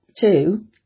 Two